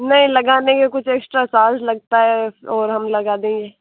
नहीं लगा नहीं कुछ एक्स्ट्रा चार्ज लगता है और हम लगा देंगे